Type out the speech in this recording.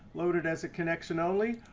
load it as a connection only.